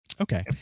Okay